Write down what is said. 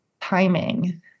timing